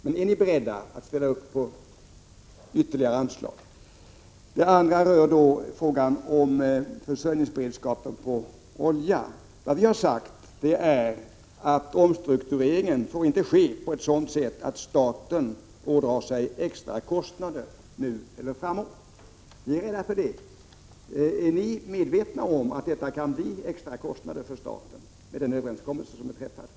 Men är ni beredda att ställa upp bakom detta krav på ytterligare anslag? Det andra jag vill ta upp handlar om beredskapen när det gäller olja. Vi har sagt att omstruktureringen inte får ske på ett sådant sätt att staten ådrar sig